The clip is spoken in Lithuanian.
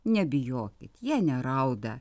nebijokit jie nerauda